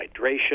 hydration